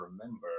remember